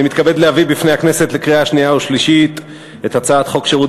אני מתכבד להביא בפני הכנסת לקריאה שנייה ושלישית את הצעת חוק שירות